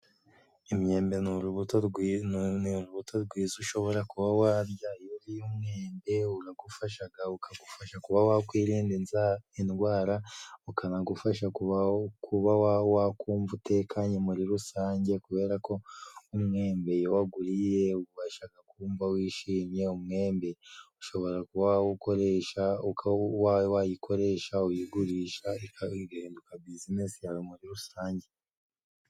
Imyembe ni urubuto rwi ni umubuto rwiza ushobora kuba warya, iyo uriye umwembe uragufashaga ukagufasha kuba wakwirinda inzara indwara ukanagufasha kubaho kuba wakumva utekanye muri rusange, kuberako umwembe iyo waguriye ubashaka kumva wishimye, umwembe ushobora kuba wawukoresha wayikoresha uyigurisha ugahinduka buzinesi yawe muri rusange.